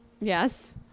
Yes